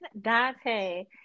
Dante